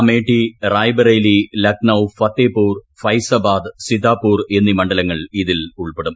അമേഠി റായ്ബറേലി ല്ക്നൌ ഫത്തേപൂർ ഫൈസാബാദ് സിതാപൂർ എന്നീ മണ്ഡലങ്ങൾ ഇതിൽ ഉൾപ്പെടും